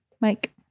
Mike